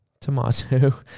Tomato